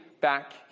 back